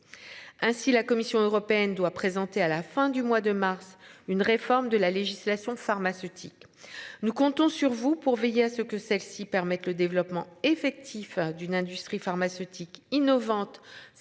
Ainsi, la Commission européenne doit présenter à la fin du mois de mars une réforme de la législation pharmaceutique. Nous comptons sur vous pour veiller à ce que celles-ci permettent le développement effectif d'une industrie pharmaceutique innovante